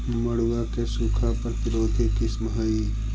मड़ुआ के सूखा प्रतिरोधी किस्म हई?